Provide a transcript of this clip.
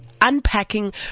unpacking